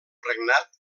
regnat